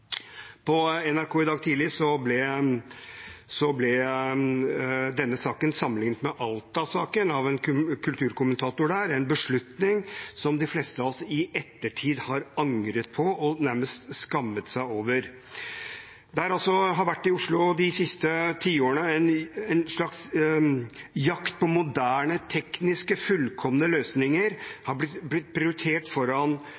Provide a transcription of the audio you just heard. På NRK i dag tidlig ble denne saken sammenlignet med Alta-saken, av en kulturkommentator der, en beslutning som de fleste av oss i ettertid har angret på og nærmest skammet oss over. Det har i Oslo de siste tiårene vært en slags jakt på moderne, teknisk fullkomne løsninger, at det har blitt prioritert foran